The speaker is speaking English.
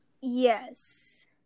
Yes